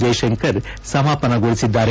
Jaishankar ಸಮಾಪನಗೊಳಿಸಿದ್ದಾರೆ